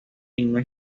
ningún